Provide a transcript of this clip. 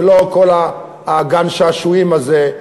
ולא כל גן-השעשועים הזה,